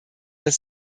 das